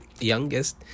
youngest